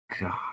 God